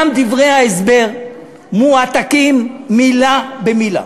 גם דברי ההסבר מועתקים מילה במילה.